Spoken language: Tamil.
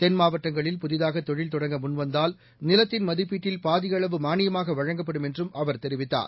தென் மாவட்டங்களில் புதிதாகதொழில் தொடங்க முன்வந்தால் நிலத்தின் மதிப்பீட்டில் பாதியளவு மானியமாகவழங்கப்படும் என்றும் அவர் தெரிவித்தார்